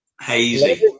hazy